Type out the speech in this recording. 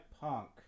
Punk